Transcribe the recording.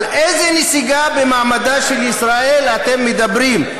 על איזה נסיגה במעמדה של ישראל אתם מדברים?